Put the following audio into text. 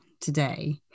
today